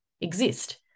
exist